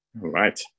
Right